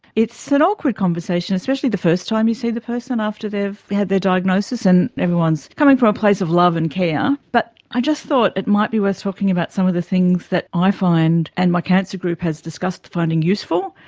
it's an awkward conversation, especially the first time you see the person after they have had their diagnosis, and everyone is coming from a place of love and care, but i just thought it might be worth talking about some of the things that i find and my cancer group has discussed finding useful,